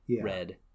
Red